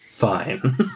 Fine